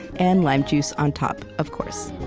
and lime juice on top of course